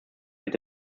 wird